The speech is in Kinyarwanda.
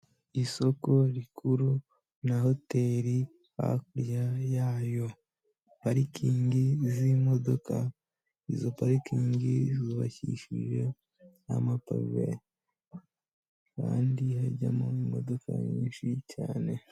Isoko rikuru na hoteri, hakurya yayo hari parikingi z'imodoka, izo parikingi zubakishije amapave kandi hajyamo imodoka nyinshi cyane.